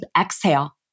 exhale